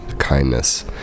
kindness